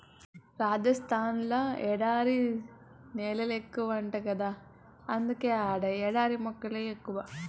రాజస్థాన్ ల ఎడారి నేలెక్కువంట గదా అందుకే ఆడ ఎడారి మొక్కలే ఎక్కువ